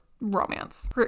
romance